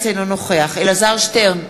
אינו נוכח אלעזר שטרן,